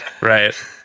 Right